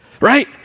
Right